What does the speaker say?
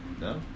No